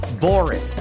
boring